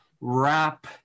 wrap